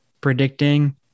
predicting